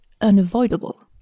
unavoidable